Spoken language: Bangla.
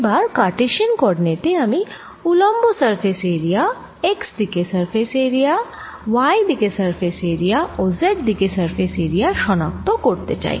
এবার কারটেসিয়ান কোঅরডিনেট এ আমি উলম্ব সারফেস এরিয়াx দিকে সারফেস এরিয়া y দিকে সারফেস এরিয়া ও z দিকে সারফেস এরিয়া শনাক্ত করতে চাই